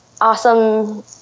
awesome